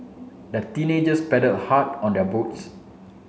the teenagers paddled hard on their boats